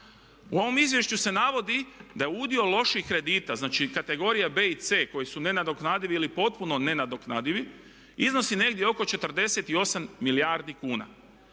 U ovom izvješću se navodi da je udio loših kredita, znači kategorija B i C koje su nenadoknadivi ili potpuno nenadoknadivi iznosi negdje oko 48 milijardi kuna.